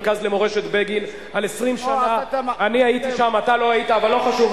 חבר הכנסת פיניאן, אני מאוד מודה לך.